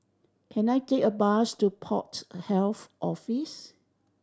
can I take a bus to Port Health Office